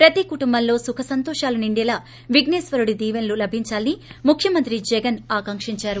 ప్రతీ కుటుంబంలో సుఖ సంతోషాలు నిండేలా విఘ్సే శ్వరుడి దీవెనలు లభించాలని ముఖ్యమంత్రి జగన్ మోహన్ రెడ్లి ఆకాంకించారు